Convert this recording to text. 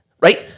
right